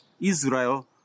Israel